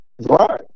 Right